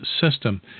system